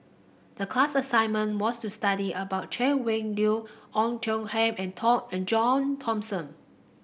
the class assignment was to study about Chay Weng Yew Oei Tiong Ham and and John Thomson